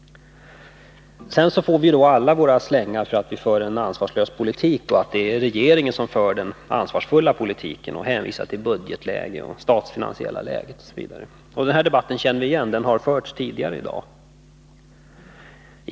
Sedan får vi alla våra slängar för att vi för en ansvarslös politik; det är regeringen som för den ansvarsfulla politiken. Man hänvisar till budgetläget, det statsfinansiella läget osv. Den här debatten känner vi igen — den har förts tidigare i dag.